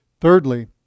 thirdly